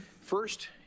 First